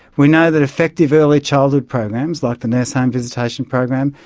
we know that effective early childhood programs like the nurse home visitation program,